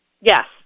Yes